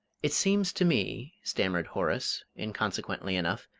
it seems to me, stammered horace, inconsequently enough,